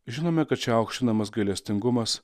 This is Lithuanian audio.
žinome kad čia aukštinamas gailestingumas